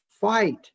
fight